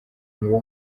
uwo